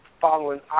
following